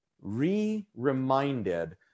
re-reminded